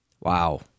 Wow